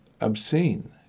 obscene